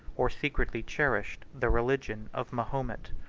or secretly cherished, the religion of mahomet.